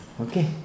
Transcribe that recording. Okay